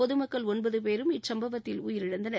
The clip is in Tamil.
பொதுமக்கள் ஒன்பது பேரும் இச்சுப்பவத்தில் உயிரிழந்தனர்